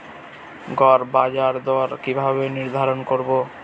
গড় বাজার দর কিভাবে নির্ধারণ করব?